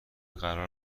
قرار